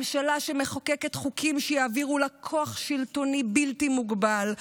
ממשלה שמחוקקת חוקים שיעבירו לה כוח שלטוני בלתי מוגבל,